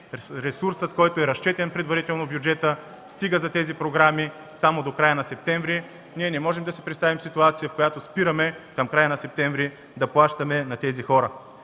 ресурсът, който е разчетен предварително в бюджета, стига за тези програми само до края на септември. Ние не можем да си представим ситуация, в която към края на септември спираме да плащаме на тези хора.